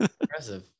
Impressive